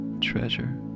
treasure